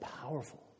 powerful